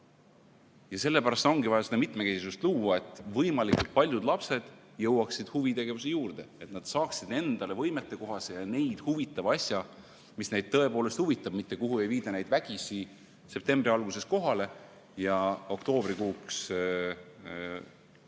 Sellepärast ongi vaja seda mitmekesisust luua, et võimalikult paljud lapsed jõuaksid huvitegevuse juurde, et nad leiaksid endale võimetekohase ja neid huvitava tegevuse, mis neid tõepoolest huvitab, mitte kuhu ei viida neid vägisi septembri alguses kohale ja oktoobrikuuks on